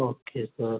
okay sir